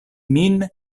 min